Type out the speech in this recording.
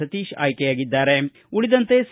ಸತೀಶ್ ಆಯ್ಕೆಯಾಗಿದ್ದಾರೆ ಉಳಿದಂತೆ ಸಿ